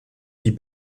die